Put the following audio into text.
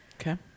Okay